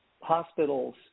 hospitals –